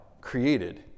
created